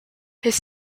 his